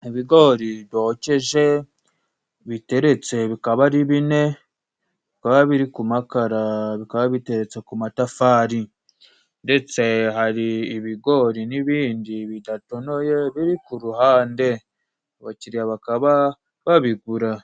Ibigori byokeje biteretse bikaba ari bine bikaba biri ku makara bikaba biteretse ku matafari ndetse hari ibigori n'ibindi ku ruhande abakiriya bakaba babigura.